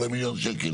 אולי מיליון שקל,